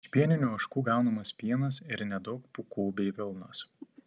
iš pieninių ožkų gaunamas pienas ir nedaug pūkų bei vilnos